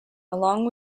along